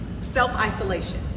self-isolation